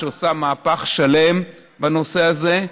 שעושה מהפך שלם בנושא הזה.